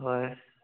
ꯍꯣꯏ